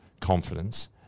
confidence